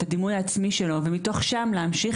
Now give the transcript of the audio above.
לחזק את הדימוי העצמי שלו ומתוך שם להמשיך